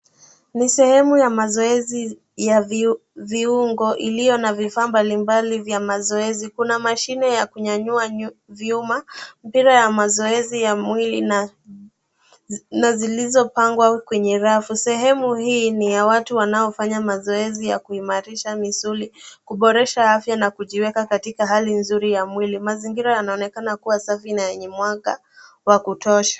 Ni sehemu ya mazoezi ya viungo iliyo na vifaa mbalimbali vya mazoezi. Kuna mashine ya kunyanyua vyuma mpira wa mazoezi ya mwili na zilizopangwa kwenye rafu. Sehemu hii ni ya watu wanaofanya mazoezi ya kuimarisha misuli, kuboresha afya na kujiweka katika hali nzuri ya mwili. Mazingira yanaonekana kuwa safi na yenye mwanga wa kutosha.